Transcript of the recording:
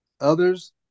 Others